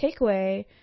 takeaway